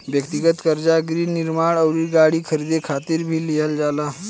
ब्यक्तिगत कर्जा गृह निर्माण अउरी गाड़ी खरीदे खातिर भी लिहल जाला